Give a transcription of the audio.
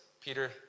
Peter